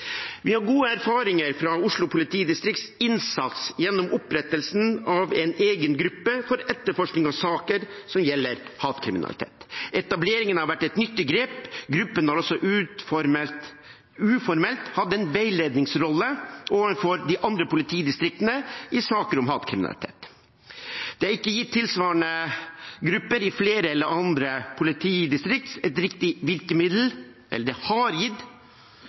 Vi har gode erfaringer fra Oslo politidistrikts innsats gjennom opprettelsen av en egen gruppe for etterforskning av saker som gjelder hatkriminalitet. Etableringen har vært et nyttig grep. Gruppen har også uformelt hatt en veiledningsrolle overfor de andre politidistriktene i saker om hatkriminalitet. Det har gitt tilsvarende grupper i flere av alle landets politidistrikter et riktig virkemiddel.